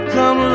Come